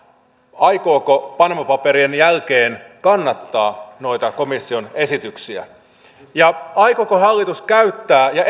aikooko se panama paperien jälkeen kannattaa noita komission esityksiä ja aikooko hallitus käyttää ja